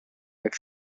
jak